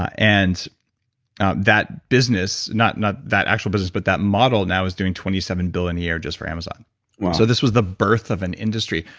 and that business, not not that actual business, but that model now, is doing twenty seven billion a year just for amazon wow so this was the birth of an industry.